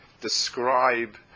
describe